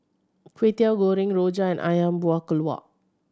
Kway Teow Goreng rojak and Ayam Buah Keluak